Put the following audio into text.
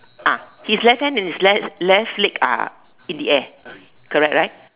ah his left hand and his left leg are in the air